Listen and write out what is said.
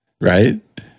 Right